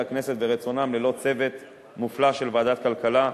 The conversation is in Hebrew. הכנסת ורצונם ללא צוות מופלא של ועדת הכלכלה,